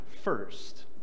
first